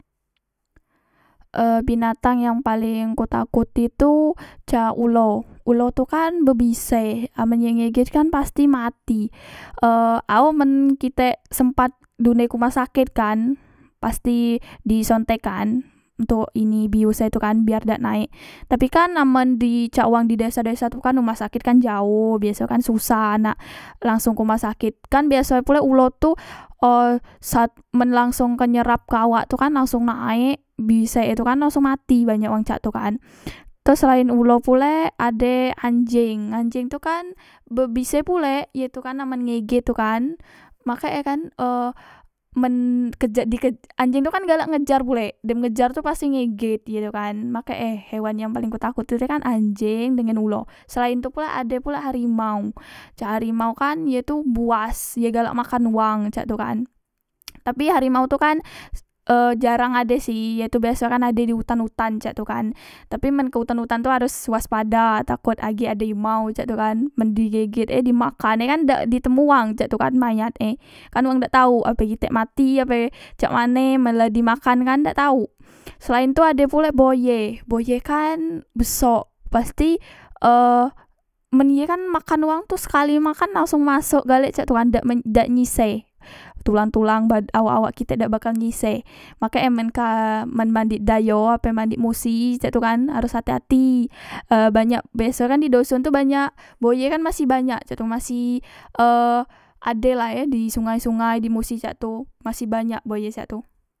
E binatang yang paleng ku takoti tu cak ulo ulo tu kan bebise amen ye ngeget kan pasti mati e ao men kitek sempat di unde ke uma saket kan pasti di sontekkan ontok ini bius e tu kan biar dak naek tapi kan amen di cak wang amen di desa desa tu kan rumah saket jaoh biaso kan susah nak langsong ke uma saket kan biaso pulek ulo tu e sat men langsong ke nyerap ke awak tu langsong naek bisek e tu kan langsong mati banyak wang cak tu kan teros selaen ulo pulek ade anjeng anjeng tu kan bebise pulek ye tu kan amen ngeget tu kan makek e kan e men kejak di anjeng tu kan galak ngejar pulek dem ngejar tu pasti ngeget ye tu kan makek e hewan yang paleng ku takot tu kan anjeng dengan ulo selaen itu pulek ade pulek harimau cak harimau kan ye tu buas ye galak makan wang cek tu kan tapi harimau tu kan e jarang ade sih ye tu biasoe kan ado di utan utan cek tu kan tapi men ke utan utan tu haros waspada takot agek ade himau cak tu kan men di geget e di makan e kan dak di temu wang cak tu kan mayat e kan wang dak tau apek kitek mati ape cak mane men la dimakan kan dak tau selaen tu ade pulek buaye buaye kan besok pasti e men ye kan makan wang tu sekali makan langsong masok galek cak tu kan dak men dak nyise tulang tulang ba awak awak kite dak bakal nyise makek e men ka men mandik di ayo apek mandi di musi cak tu kan harus hati ati e banyak biaso e kan di doson tu banyak buaye kan masi banyak cak tu masih e ade lah e di sungai sungai di musi cak tu masih banyak buaye cak tu